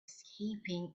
escaping